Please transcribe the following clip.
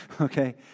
okay